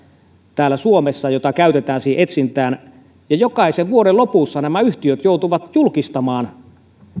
täällä suomessa jota siihen etsintään käytetään ja jokaisen vuoden lopussa nämä yhtiöt joutuvat julkistamaan